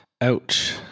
Ouch